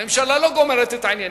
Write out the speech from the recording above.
והממשלה לא גומרת את העניינים.